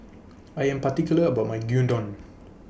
I Am particular about My Gyudon